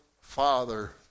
Father